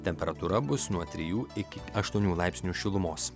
temperatūra bus nuo trijų iki aštuonių laipsnių šilumos